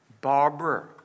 Barbara